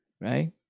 right